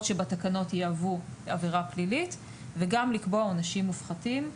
שבתקנות יהוו עבירה והוא יוכל לקבוע עונשים מופחתים,